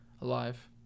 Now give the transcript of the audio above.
alive